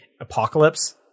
Apocalypse